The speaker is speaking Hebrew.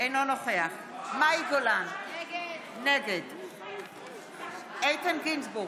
אינו נוכח מאי גולן, נגד איתן גינזבורג,